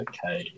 Okay